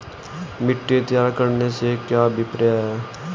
मिट्टी तैयार करने से क्या अभिप्राय है?